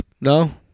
No